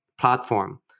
platform